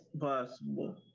possible